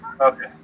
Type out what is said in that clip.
Okay